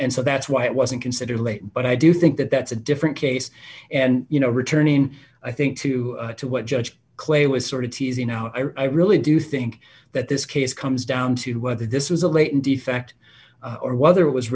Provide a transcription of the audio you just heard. and so that's why it wasn't considered late but i do think that that's a different case and you know returning i think to to what judge clay was sort of teasing out i really do think that this case comes down to whether this was a latent defect or whether it was